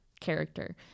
character